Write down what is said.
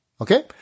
Okay